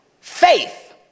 faith